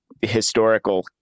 historical